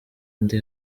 ndi